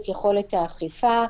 את יכולת האכיפה,